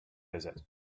visit